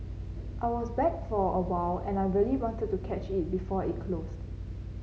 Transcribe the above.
I was back for a while and I really wanted to catch it before it closed